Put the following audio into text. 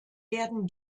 werden